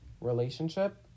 relationship